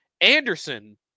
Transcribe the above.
Anderson